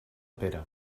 pere